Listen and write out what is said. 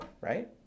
right